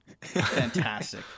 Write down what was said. fantastic